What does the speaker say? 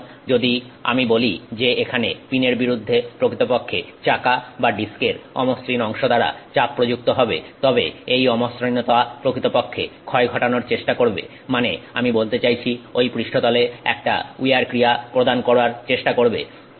সুতরাং যদি আমি বলি যে এখানে পিনের বিরুদ্ধে প্রকৃতপক্ষে চাকা বা ডিস্কের অমসৃণ অংশ দ্বারা চাপ প্রযুক্ত হবে তবে এই অমসৃণতা প্রকৃতপক্ষে ক্ষয় ঘটানোর চেষ্টা করবে মানে আমি বলতে চাইছি ওই পৃষ্ঠতলে একটা উইয়ার ক্রিয়া প্রদান করার চেষ্টা করবে